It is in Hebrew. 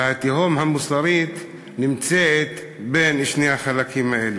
והתהום המוסרית נמצאת בין שני החלקים האלה.